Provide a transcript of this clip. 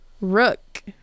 rook